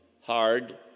hard